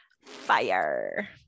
fire